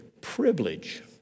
privilege